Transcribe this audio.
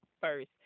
first